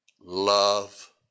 Love